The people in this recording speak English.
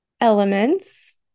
elements